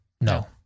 No